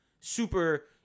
super